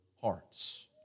hearts